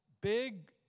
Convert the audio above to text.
big